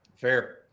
Fair